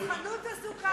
מיליארד וחצי שקל.